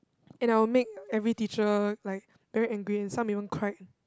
and I will make every teacher like very angry and some even cried